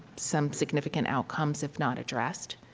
some significant outcomes, if not addressed.